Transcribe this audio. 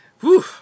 Whew